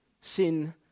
sin